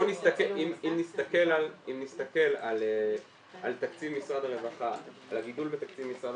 אם נסתכל על תקציב משרד הרווחה והגידול בתקציב משרד